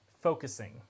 focusing